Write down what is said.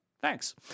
Thanks